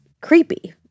creepy